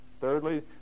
Thirdly